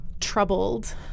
troubled